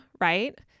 right